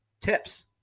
Tips